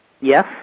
Yes